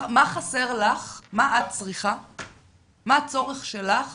מה חסר לך, מה הצורך שלך